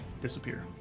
disappear